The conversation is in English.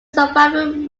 survival